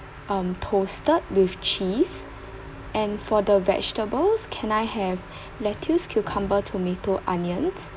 um toasted with cheese and for the vegetables can I have lettuce cucumber tomato onions